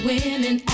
women